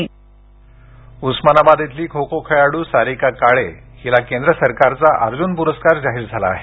अर्जुन पुरर्कार बाईट उस्मानाबाद इथली खो खो खेळाडू सारिका काळे हिला केंद्र सरकारचा अर्जून पुरस्कार जाहीर झाला आहे